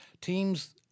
Teams